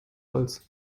holz